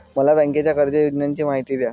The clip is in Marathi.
मला बँकेच्या कर्ज योजनांची माहिती द्या